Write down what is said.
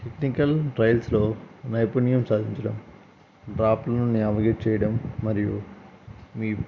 technical ట్రయిల్స్లొ నైపుణ్యం సాధించడం డ్రాప్ను నావిగేట్ చేయడం మరియు మీ